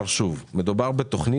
חוק, אותם דברים.